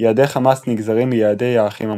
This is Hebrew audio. יעדי חמאס נגזרים מיעדי "האחים המוסלמים".